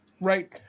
Right